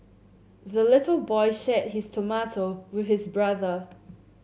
the little boy shared his tomato with his brother